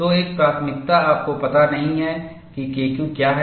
तो एक प्राथमिकता आपको पता नहीं है कि KQ क्या है